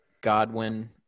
Godwin